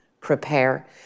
prepare